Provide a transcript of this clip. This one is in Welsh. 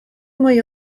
mwy